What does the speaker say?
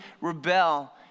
rebel